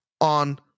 on